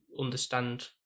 understand